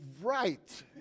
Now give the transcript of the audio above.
Right